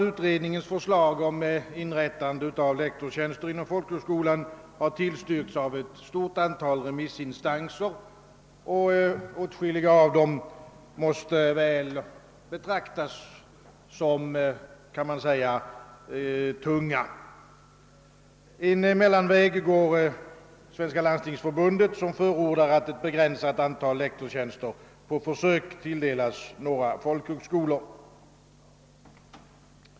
Utredningens förslag om inrättande av lektorstjänster inom folkhögskolan har tillstyrkts av ett stort antal remissinstanser, och åtskilliga av dessa måste betraktas som »tunga». En medelväg går Svenska landstingsförbundet, som förordar att ett begränsat antal lektorstjänster på försök tilldelas några folkhögskolor.